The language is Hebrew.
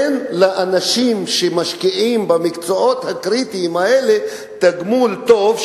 אין לאנשים שמשקיעים במקצועות הקריטיים האלה תגמול טוב,